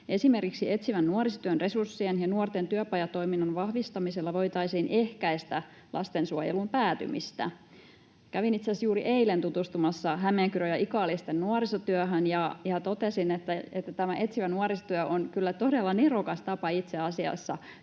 Esimerkiksi etsivän nuorisotyön resurssien ja nuorten työpajatoiminnan vahvistamisella voitaisiin ehkäistä lastensuojeluun päätymistä. Kävin itse asiassa juuri eilen tutustumassa Hämeenkyrön ja Ikaalisten nuorisotyöhön, ja totesin, että etsivä nuorisotyö on kyllä todella nerokas tapa itse asiassa